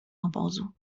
obozu